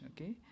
Okay